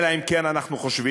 אלא אם כן אנחנו חושבים